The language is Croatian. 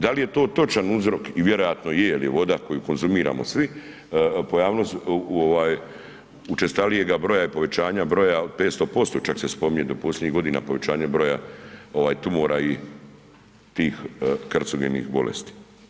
Dal je to točan uzrok i vjerojatno je jel je voda koju konzumiramo svi, pojavilo se učestalijega broja i povećanja broja od 500% čak se spominje da u posljednjih godina povećanje broja tumora i tih karcogenih bolesti.